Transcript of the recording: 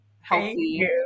healthy